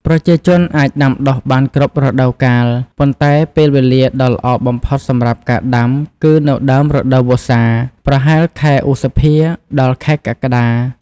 ប្រជាជនអាចដាំដុះបានគ្រប់រដូវកាល ប៉ុន្តែពេលវេលាដ៏ល្អបំផុតសម្រាប់ការដាំគឺនៅ ដើមរដូវវស្សា ប្រហែលខែឧសភា ដល់ខែកក្កដា។